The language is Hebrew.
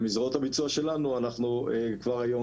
ומזרועות הביצוע שלנו אנחנו כבר היום